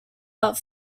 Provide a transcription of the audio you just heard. but